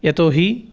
यतो हि